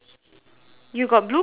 you got blue colour rubbish bin